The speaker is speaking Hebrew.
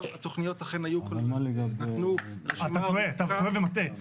אתה טועה ומטעה,